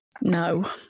No